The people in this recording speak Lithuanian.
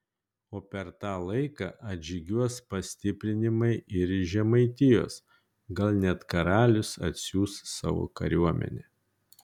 o per tą laiką atžygiuos pastiprinimai ir iš žemaitijos gal net karalius atsiųs savo kariuomenę